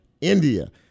India